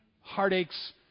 heartaches